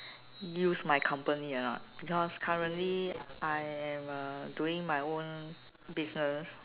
use my company or not because currently I am uh doing my own business